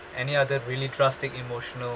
any other really drastic emotional